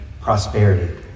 prosperity